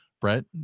Brett